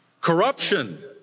corruption